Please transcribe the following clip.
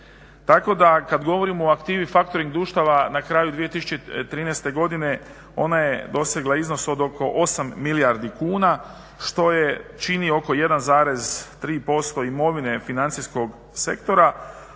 tako da kad govorimo o aktivi factoring društava na kraju 2013.godine ona je dosegla iznos od oko 8 milijardi kuna što je čini oko 1,3% imovine financijskog sektora